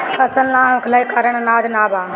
फसल ना होखले के कारण अनाज ना बा